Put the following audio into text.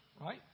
right